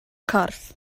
corff